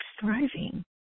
thriving